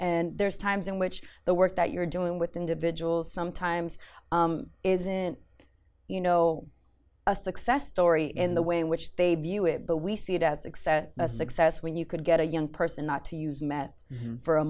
and there's times in which the work that you're doing with individuals sometimes isn't you know a success story in the way in which they view it but we see it as success a success when you could get a young person not to use